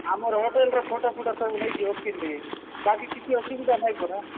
ଆମର ହୋଟେଲର photo photo ସବୁ ନେଇଯିବକି କେମିତି ବାକି କିଛି ଅସୁବିଧା ନାହିଁ ପରା